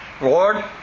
Lord